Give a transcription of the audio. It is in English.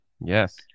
Yes